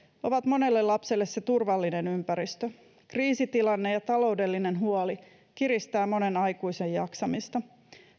ovat monelle lapselle se turvallinen ympäristö kriisitilanne ja taloudellinen huoli kiristävät monen aikuisen jaksamista